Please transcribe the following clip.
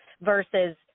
versus